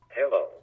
Hello